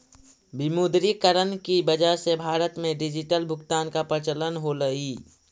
विमुद्रीकरण की वजह से भारत में डिजिटल भुगतान का प्रचलन होलई